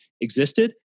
existed